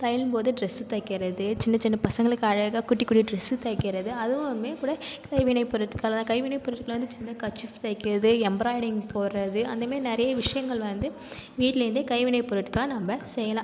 தையல்ன்னு போது ட்ரெஸ்ஸு தைக்கிறது சின்ன சின்ன பசங்களுக்கு அழகா குட்டி குட்டி ட்ரெஸ்ஸு தைக்கிறது அதுவுமே கூட கைவினைப்பொருட்கள்தான் கைவினைப்பொருட்களில் வந்து சின்ன கர்ச்சீஃப் தைக்கிறது எம்பராய்டிங் போடுறது அந்தமாரி நிறைய விஷயங்கள் வந்து வீட்டிலேந்தே கைவினைப்பொருட்கள் நம்ம செய்யலாம்